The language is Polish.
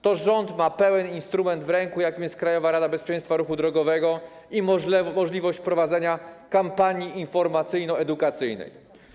To rząd ma w ręku instrument, jakim jest Krajowa Rada Bezpieczeństwa Ruchu Drogowego, i możliwość prowadzenia kampanii informacyjno-edukacyjnej.